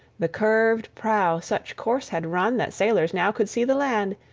the curved prow such course had run that sailors now could see the land,